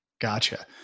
Gotcha